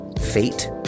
fate